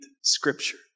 scripture